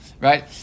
right